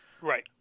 Right